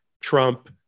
Trump